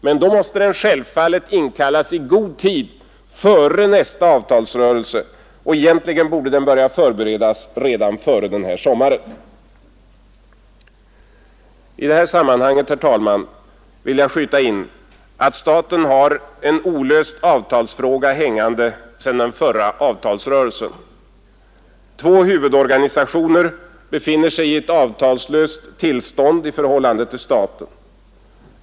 Men då måste den självfallet inkallas i god tid före nästa avtalsrörelse; egentligen borde den börja förberedas redan före den här sommaren, I det här sammanhanget, herr talman, vill jag skjuta in att staten har en olöst avtalsfråga hängande sedan den förra avtalsrörelsen. Två huvudorganisationer befinner sig i ett avtalslöst tillstånd i förhållande till staten.